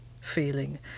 feeling